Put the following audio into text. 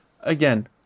again